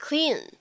Clean